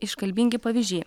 iškalbingi pavyzdžiai